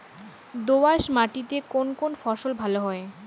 দোঁয়াশ মাটিতে কোন কোন ফসল ভালো হয়?